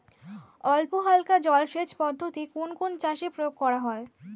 অল্পহালকা জলসেচ পদ্ধতি কোন কোন চাষে প্রয়োগ করা হয়?